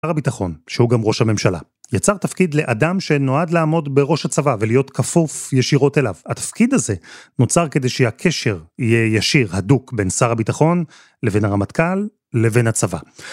שר הביטחון שהוא גם ראש הממשלה יצר תפקיד לאדם שנועד לעמוד בראש הצבא ולהיות כפוף ישירות אליו התפקיד הזה נוצר כדי שהקשר יהיה ישיר הדוק בין שר הביטחון לבין הרמטכ"ל לבין הצבא